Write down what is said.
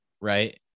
right